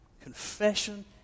confession